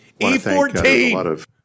E14